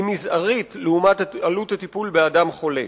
מזערית לעומת עלות הטיפול באדם חולה.